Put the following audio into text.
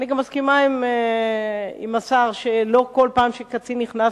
אני גם מסכימה עם השר שלא בכל פעם שקצין נכנס